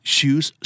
Shoes